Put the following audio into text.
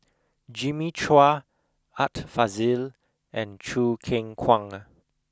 Jimmy Chua Art Fazil and Choo Keng Kwang